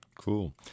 Cool